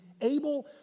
able